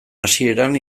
hasieran